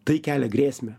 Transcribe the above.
tai kelia grėsmę